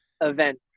event